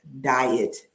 diet